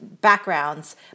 backgrounds